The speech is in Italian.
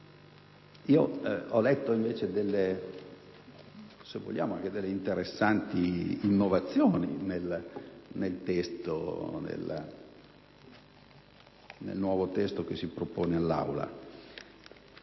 Ho letto, invece, alcune interessanti innovazioni nel nuovo testo che si propone all'Assemblea;